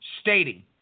stating